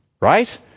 right